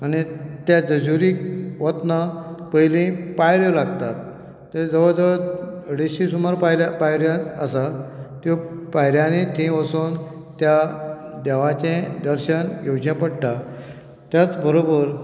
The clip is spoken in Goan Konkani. त्या जेजुरी वतना पयली पायरो लागतात थंय जवळ जवळ अडेशी सुमार पायऱ्यो आसा त्यो पायऱ्यांनीं थंय वचून त्या देवाचें दर्शन घेवचें पडटा त्याच बरोबर